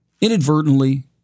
inadvertently